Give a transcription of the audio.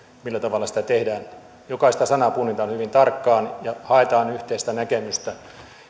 sitä tekee jokaista sanaa punnitaan hyvin tarkkaan ja haetaan yhteistä näkemystä